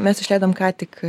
mes išleidom ką tik